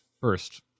first